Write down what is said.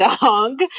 dog